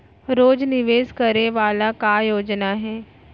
रोज निवेश करे वाला का योजना हे?